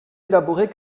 élaborées